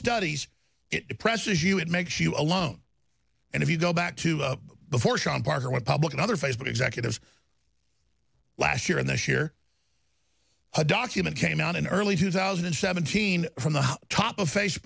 studies it depresses you it makes you alone and if you go back to before sean parker went public another phase but executives last year and this year a document came out in early two thousand and seventeen from the top of